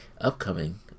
upcoming